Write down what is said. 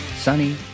sunny